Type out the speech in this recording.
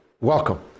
welcome